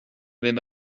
linn